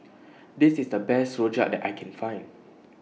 This IS The Best Rojak that I Can Find